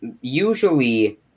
usually